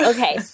Okay